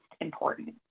important